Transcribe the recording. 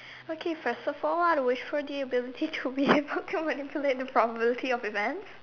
okay first of all I wish for the ability to be able to manipulate the probability of events